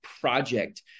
project –